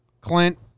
Clint